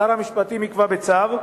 שר המשפטים יקבע בצו,